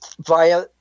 via